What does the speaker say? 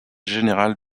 général